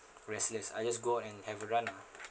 restless I just go out and have a run lah